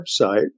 website